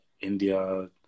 India